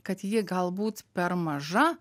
kad ji galbūt per maža